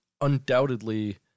undoubtedly